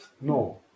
No